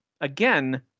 again